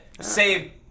save